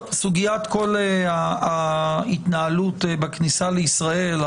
סוגיית כל ההתנהלות בכניסה לישראל,